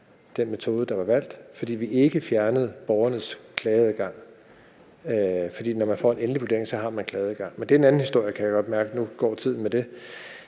den metode, der var valgt, fordi vi ikke fjernede borgernes klageadgang. For når man får en endelig vurdering, har man klageadgang, men det er en anden historie, kan jeg godt mærke; nu går tiden med det.